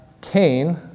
Cain